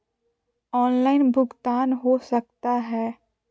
Online भुगतान हो सकता है?